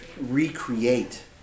recreate